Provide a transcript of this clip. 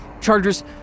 Chargers